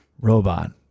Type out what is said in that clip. Robot